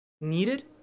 Needed